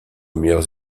meilleures